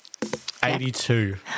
82